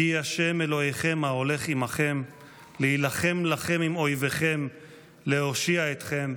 'כי ה' אלהיכם ההלך עמכם להלחם לכם עם איביכם להושיע אתכם'.